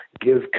give